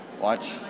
watch